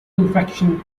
infection